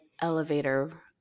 Elevator